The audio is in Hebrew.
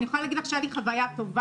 אני יכולה להגיד לך שהייתה לי חוויה טובה